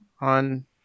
on